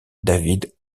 david